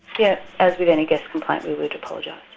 yep, as with any guest complaint we would apologise.